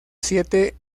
siete